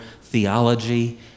theology